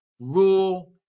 rule